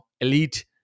elite